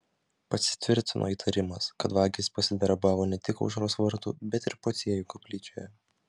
pasitvirtino įtarimas kad vagys pasidarbavo ne tik aušros vartų bet ir pociejų koplyčioje